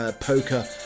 poker